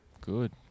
Good